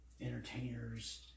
entertainers